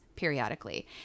periodically